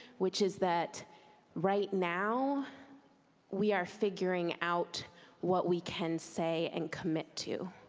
which is that right now we are figuring out what we can say and commit to.